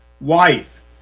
wife